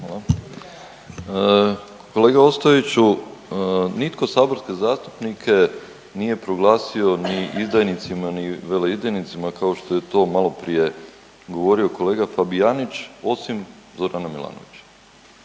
(HDZ)** Kolega Ostojiću nitko saborske zastupnike nije proglasio ni izdajnicima ni veleizdajnicima kao što je to malo prije govorio kolega Fabijanić osim Zorana Milanovića.